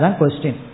question